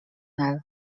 nel